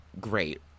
great